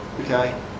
Okay